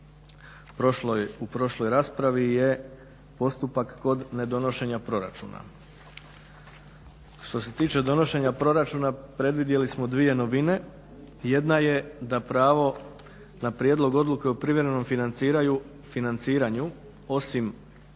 u prošloj raspravi je postupak kod ne donošenja proračuna. Što se tiče donošenja proračuna predvidjeli smo dvije novine. Jedna je da pravo na prijedlog odluke o privremenom financiranju osim